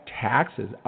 taxes